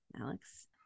Alex